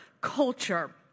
culture